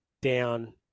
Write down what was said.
down